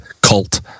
cult